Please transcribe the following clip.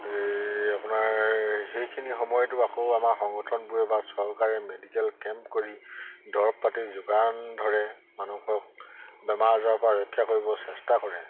এই আপোনাৰ সেইখিনি সময়তো আকৌ আমাৰ সংগঠনবোৰে বা চৰকাৰে মেডিকেল কেম্প কৰি দৰৱ পাতি যোগান ধৰে মানুহক বেমাৰ আজাৰৰ পৰা ৰক্ষা কৰিব চেষ্টা কৰে